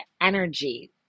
energy